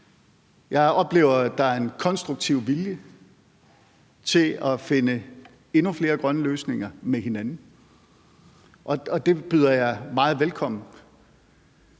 Jeg oplever jo, at der er en konstruktiv vilje til at finde endnu flere grønne løsninger med hinanden, og det byder jeg meget velkommen.